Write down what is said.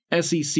SEC